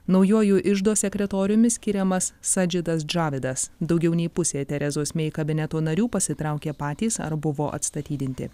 naujuoju iždo sekretoriumi skiriamas sadžidas džavidas daugiau nei pusė terezos mei kabineto narių pasitraukė patys ar buvo atstatydinti